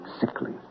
sickly